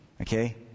okay